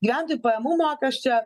gyventojų pajamų mokesčio